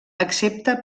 accepta